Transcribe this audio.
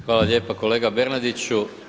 Hvala lijepa kolega Bernardiću.